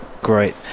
Great